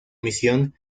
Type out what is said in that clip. misión